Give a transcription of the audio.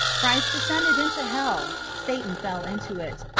christ descended into hell satan fell into it.